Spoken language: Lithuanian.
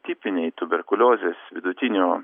tipiniai tuberkuliozės vidutinio